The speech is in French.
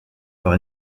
par